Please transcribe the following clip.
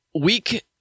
weak